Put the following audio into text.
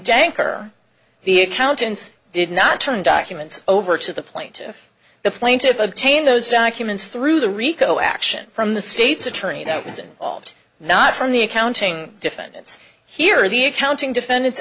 tanker the accountants did not turn documents over to the plaintiff the plaintiff obtained those documents through the rico action from the state's attorney that was involved not from the accounting defendants here or the accounting defendants